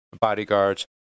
bodyguards